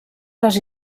les